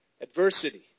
adversity